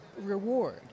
reward